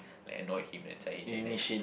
like annoyed him that's why he then then